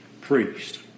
priest